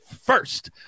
first